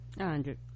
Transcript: Hundred